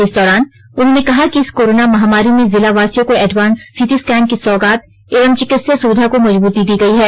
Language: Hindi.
इस दौरान उन्होंने कहा कि इस कोरोना महामारी में जिलावासियों को एडवांस सीटी स्कैन की सौगात एवं चिकित्सीय सुविधा को मजबूती दी गई है